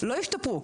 לא השתפרו,